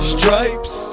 Stripes